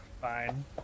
Fine